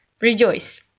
rejoice